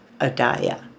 adaya